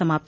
समाप्त